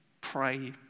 pray